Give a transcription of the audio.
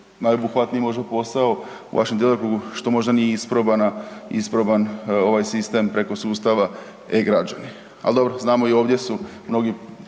najobuhvatniji možda posao u vašem djelokrugu što možda nije isprobana, isproban ovaj sistem preko sustava e-građani. Al dobro, znamo i ovdje su mnogi